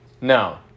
No